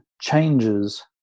changes